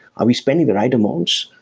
are we spending the right amounts?